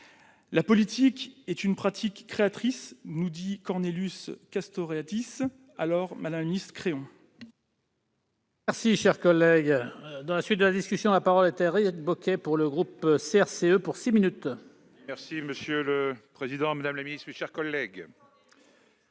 La politique est une pratique créatrice », nous dit Cornelius Castoriadis. Alors, madame la secrétaire